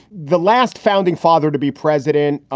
the last founding father to be president, ah